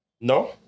No